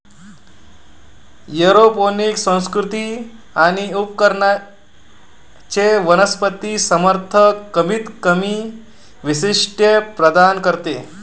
aeroponic संस्कृती आणि उपकरणांचे वनस्पती समर्थन कमीतकमी वैशिष्ट्ये प्रदान करते